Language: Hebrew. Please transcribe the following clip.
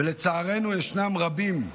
ולצערנו ישנם רבים כאלה.